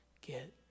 get